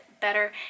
better